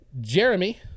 Jeremy